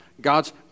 God's